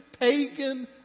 pagan